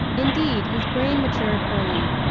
indeed, his brain matured early.